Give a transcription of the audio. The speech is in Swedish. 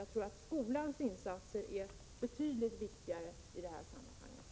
Jag tror att skolans insatser är betydligt viktigare i detta sammanhang.